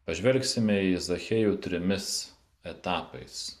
pažvelgsime į zachiejų trimis etapais